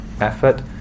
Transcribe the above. effort